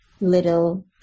little